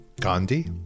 Gandhi